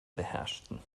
beherrschten